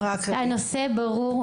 הנושא ברור.